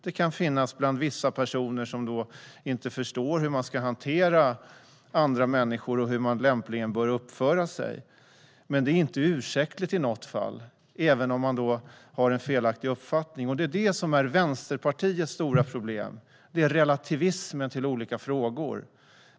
Det kan finnas bland vissa personer som inte förstår hur man ska hantera andra människor och hur man lämpligen bör uppföra sig. Men det är inte ursäktligt i något fall, även om man har en felaktig uppfattning. Vänsterpartiets stora problem är relativismen i olika frågor.